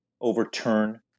overturn